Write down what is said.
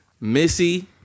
Missy